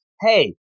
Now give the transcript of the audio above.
hey